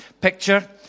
picture